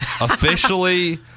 officially